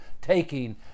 taking